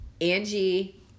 Angie